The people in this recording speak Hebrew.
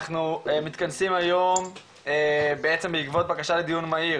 אנחנו מתכנסים היום בעקבות בקשה לדיון מהיר